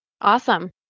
Awesome